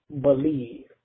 believe